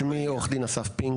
שמי עו"ד אסף פינק,